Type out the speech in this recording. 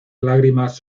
lágrimas